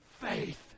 faith